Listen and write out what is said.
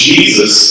Jesus